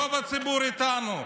רוב הציבור איתנו.